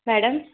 madam